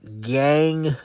gang